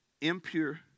impure